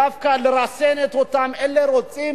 דווקא לרסן את אותם אלה שרוצים